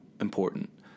important